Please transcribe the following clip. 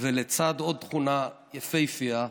ולצד עוד תכונה יפהפייה,